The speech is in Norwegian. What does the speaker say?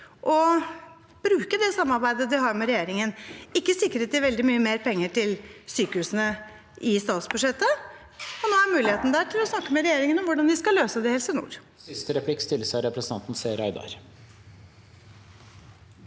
å bruke det samarbeidet de har med regjeringen. Ikke sikret de veldig mye mer penger til sykehusene i statsbudsjettet, og nå er muligheten der til å snakke med regjeringen om hvordan vi skal løse det i Helse nord.